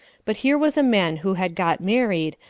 but here was a man who had got married,